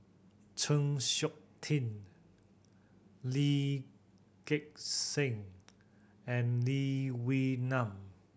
Chng Seok Tin Lee Gek Seng and Lee Wee Nam